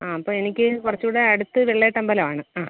ആ അപ്പം എനിക്ക് കുറച്ചുകൂടെ അടുത്ത് വെള്ളാട്ടമ്പലം ആണ് ആ